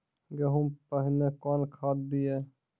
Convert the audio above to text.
गेहूँ पहने कौन खाद दिए?